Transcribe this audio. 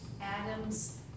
Adam's